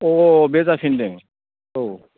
अ बे जाफिन्दों औ